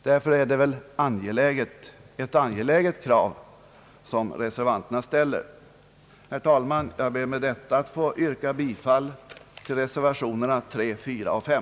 Därför är det väl ett angeläget krav som reservanterna ställer. Herr talman! Jag ber med det anförda att få yrka bifall till reservationerna 3, 4 och 5.